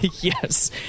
Yes